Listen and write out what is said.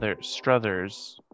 Struthers